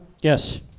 yes